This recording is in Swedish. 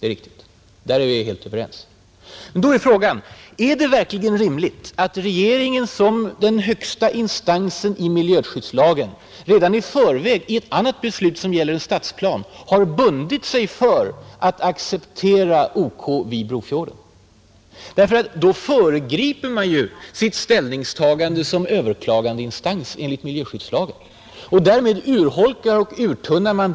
Men då är frågan: Är det verkligen rimligt att regeringen som den högsta instansen enligt miljöskyddslagen redan i förväg i ett annat beslut som gäller en stadsplan har bundit sig för att acceptera OK vid Brofjorden? Då föregriper man ju sitt ställningstagande som överklagandeinstans enligt miljöskyddslagen, och därmed urholkar och uttunnar man